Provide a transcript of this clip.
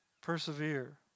persevere